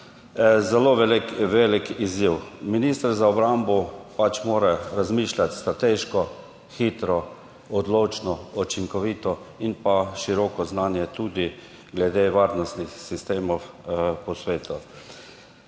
zelo velik, velik izziv. Minister za obrambo pač mora razmišljati strateško, hitro, odločno, učinkovito in pa široko znanje tudi glede varnostnih sistemov po svetu.